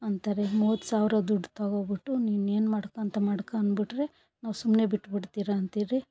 ಅಂತಾರೆ ಮೂವತ್ತು ಸಾವಿರ ದುಡ್ಡು ತಗೋಬಿಟ್ಟು ನೀನು ಏನು ಮಾಡ್ಕಂತ್ಯ ಮಾಡ್ಕೊ ಅನ್ಬಿಟ್ರೆ ನಾವು ಸುಮ್ಮನೆ ಬಿಟ್ಟು ಬಿಡ್ತೀರಂತಿರಿ